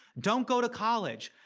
don't go to college,